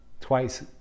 twice